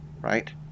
Right